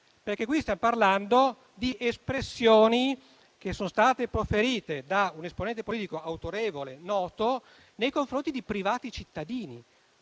perché stiamo parlando di espressioni, proferite da un esponente politico autorevole e noto, nei confronti di privati cittadini.